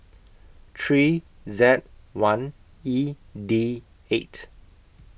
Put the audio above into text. three Z one E D eight